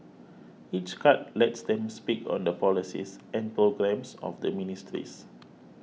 each cut lets them speak on the policies and programmes of the ministries